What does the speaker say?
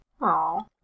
Aw